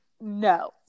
No